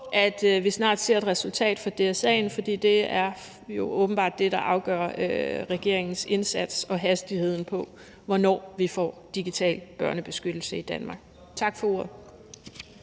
at vi snart ser et resultat fra DSA'en, for det er åbenbart det, der afgør regeringens indsats og hastigheden på, hvornår vi får digital børnebeskyttelse i Danmark. Tak for ordet.